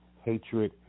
hatred